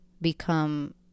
become